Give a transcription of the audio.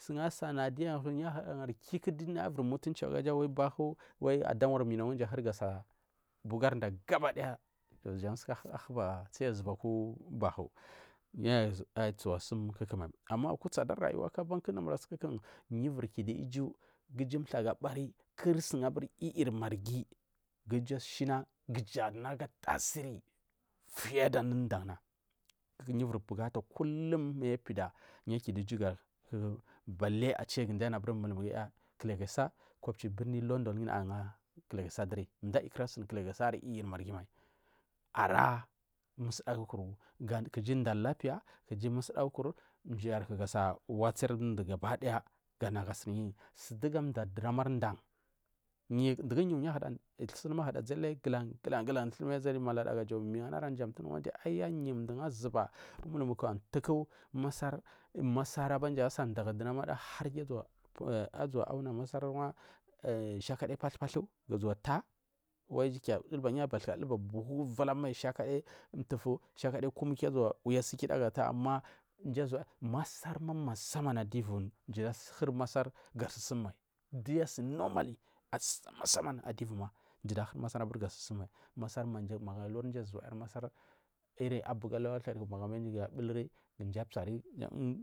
Sugu asana kiku duya ivir muntunchi agari bahu adawari mina inji huri gasa bugari bakidaya jan suku ana giu ahuba tsiyu azuba kwa gabadaya to yu aiyi tsuwa sum kukumai ama banku dumur suku aban ivir kidu iju mthagu abari gabiri yiyi marghi ki iju ashina kuja ana aga tasiri fiyida unur dan yu iviri bukuta kuhum miyi pida yu ivir kidu iju ga dubar bali mulmuguya kilakisa kopihi birnin london du naya anga kilakisa duri mdu aiyi kura sun kilakisa ayiri yiyimarghi. Mai ara musudagukur ara dar lapida musudagu kur mji yarku gasa watsardu ndu mdu gabadaya mgasudugu amda durama dan dugu yu suhim ahura zil laiyu mai ama ga zil laiyu malada ga jauda miyi yana aya yu mduku azuba ataku masar masar aban jan asada ga mdiya duramana huryu asinda ga awna masar ban shakadi pathu pathu tar wai yu abathuka dulba buhu zam mai shakadi mtufu shakadi kumu sukida ga tar mji azuwa wuya asukida ga tah masarma masaman aduvu mji hur masar ga sursum mal gul asini normal musaman adivu ma mdu ahu maarga sursum mai magu wiri mji uzalya masar iri abuga alawa atha mji puliri mji amsar uwu.